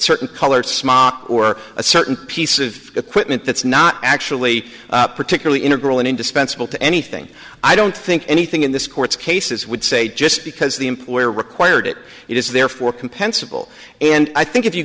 certain color smock or a certain piece of equipment that's not actually particularly integral in indispensable to anything i don't think anything in this court's cases would say just because the employer required it it is therefore compensable and i think if you